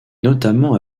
notamment